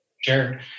Sure